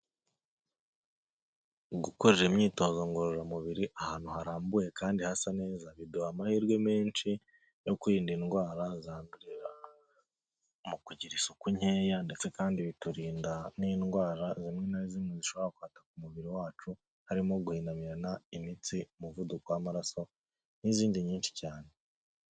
Gukoresha imyitozo ngororamubiri ahantu harambuye kandi hasa neza biduha amahirwe menshi yo kwirinda indwara zandurira mu kugira isuku nkeya, ndetse kandi biturinda n'indwara zimwe na zimwe zishobora kwataka umubiri wacu harimo guhinamirana, imitsi, umuvuduko w'amaraso n'izindi nyinshi cyane.